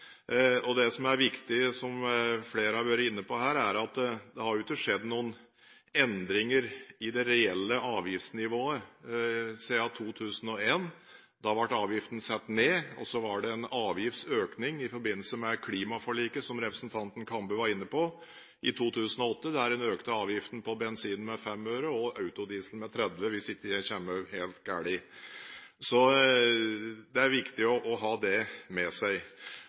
nå. Det som er viktig – dette er jo også en slags gjenganger, ønsket om å sette ned drivstoffavgiften og lage en plan for det – og som flere har vært inne på her, er at det har jo ikke skjedd noen endringer i det reelle avgiftsnivået siden 2001. Da ble avgiften satt ned. Så var det en avgiftsøkning i forbindelse med klimaforliket, som representanten Kambe var inne på, i 2008, der en økte avgiften på bensinen med 5 øre, og autodiesel med 30